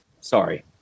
Sorry